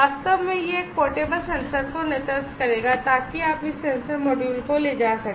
वास्तव में यह एक पोर्टेबल सेंसर का नेतृत्व करेगा ताकि आप इस सेंसर मॉड्यूल को ले जा सकें